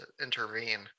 intervene